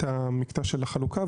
המקטע של החלוקה,